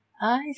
I